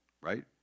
right